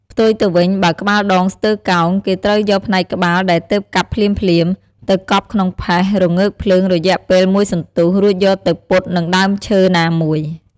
ផ្ទុយទៅវិញ បើក្បាលដងស្ទើរកោង គេត្រូវយកផ្នែកក្បាលដែលទើបកាប់ភ្លាមៗ ទៅកប់ក្នុងផេះរងើកភ្លើងរយៈពេលមួយសន្ទុះ រួចយកទៅពត់នឹងដើមឈើណាមួយ ។